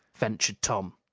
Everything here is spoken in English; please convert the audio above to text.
ventured tom,